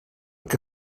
que